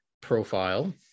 profile